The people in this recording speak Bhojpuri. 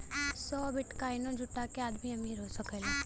सौ बिट्काइनो जुटा के आदमी अमीर हो सकला